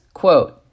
quote